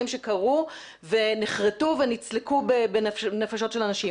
שקרו ונחרתו ונצלקו בנפשות של אנשים,